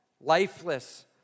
lifeless